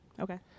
Okay